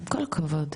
כל הכבוד.